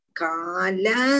kala